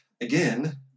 again